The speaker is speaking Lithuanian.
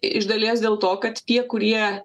iš dalies dėl to kad tie kurie